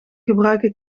gebruiken